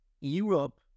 europe